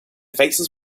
faces